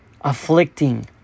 afflicting